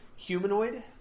Humanoid